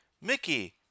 mickey